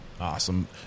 Awesome